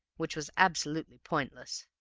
which was absolutely pointless.